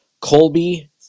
Colby